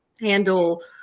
handle